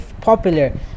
popular